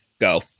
Go